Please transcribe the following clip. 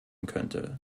könnte